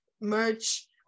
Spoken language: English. merch